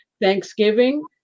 Thanksgiving